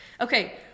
okay